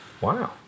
Wow